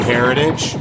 Heritage